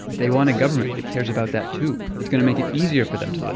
they want a government that cares about that, too, that's going to make it easier for them to leave